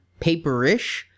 paperish